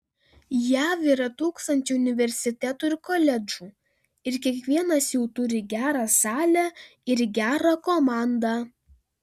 jav yra tūkstančiai universitetų ir koledžų ir kiekvienas jų turi gerą salę ir gerą komandą